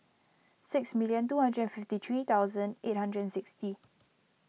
six million two hundred and fifty three thousand eight hundred and sixty